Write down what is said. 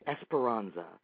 Esperanza